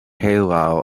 halal